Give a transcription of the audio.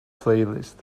playlist